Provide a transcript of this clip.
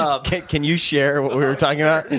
ah can can you share what we were talking about?